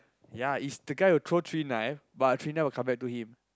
ya it's the guy who throw three knife but three knife will come back to him